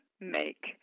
make